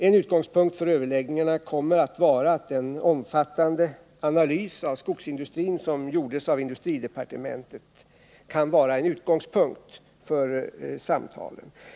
En utgångspunkt för överläggningarna kommer att vara den omfattande analys av skogsindustrin som gjorts av industridepartementet.